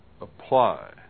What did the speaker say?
apply